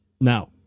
Now